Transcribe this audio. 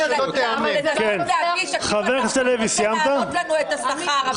הוא מנסה להדגיש כאילו אתה רוצה להעלות לנו את השכר.